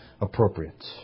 appropriate